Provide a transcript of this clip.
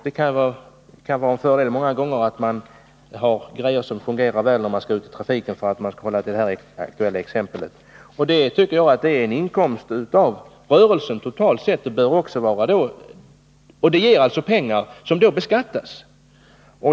Det kan vara en fördel många gånger att man har grejor som fungerar väl när man skall ut i trafiken, för att nu fortsätta med det aktuella exemplet. Det här anser jag är en inkomst av rörelsen totalt sett, och det ger alltså pengar som beskattas.